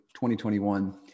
2021